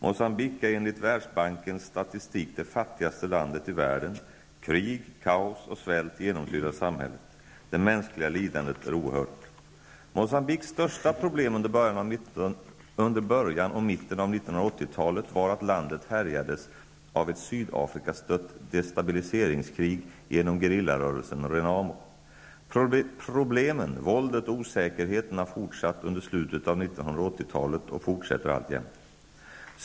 Moçambique är enligt Världsbankens statistik det fattigaste landet i världen. Krig, kaos och svält genomsyrar samhället. Det mänskliga lidandet är oerhört. Moçambiques största problem under början och mitten av 1980-talet var att landet härjades av ett Sydafrikastött destabiliseringskrig genom gerillarörelsen Renamo. Problemen, våldet och osäkerheten har fortsatt under slutet av 1980-talet och fortsätter alltjämt.